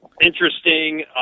interesting